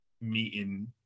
meeting